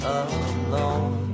alone